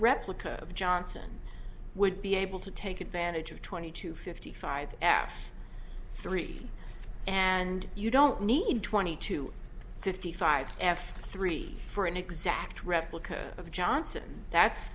replica of johnson would be able to take advantage of twenty to fifty five apps three and you don't need twenty to fifty five if three for an exact replica of johnson that's